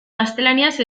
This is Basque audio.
gaztelaniaz